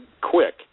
quick